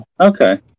Okay